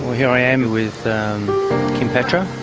here i am with kim patra.